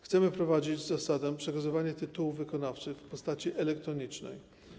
Chcemy wprowadzić zasadę przekazywania tytułów wykonawczych w postaci elektronicznej.